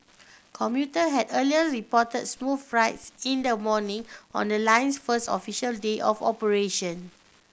commuter had earlier reported smooth rides in the morning on the line's first official day of operation